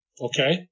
Okay